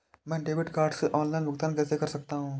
मैं debit card से online भुगतान कैसे कर सकता हूँ?